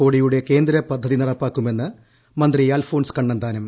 കോടിയുടെ കേന്ദ്ര പദ്ധതി നടപ്പാക്കുമെന്ന് മന്ത്രി അൽഫോൺസ് കണ്ണന്താനം